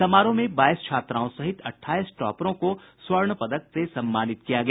समारोह में बाईस छात्राओं सहित अठाईस टॉपरों को स्वर्ण पदक से सम्मानित किया गया